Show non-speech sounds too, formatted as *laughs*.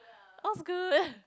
all's good *laughs*